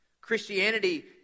Christianity